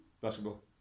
basketball